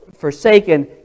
forsaken